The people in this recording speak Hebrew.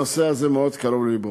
הנושא מאוד קרוב ללבו,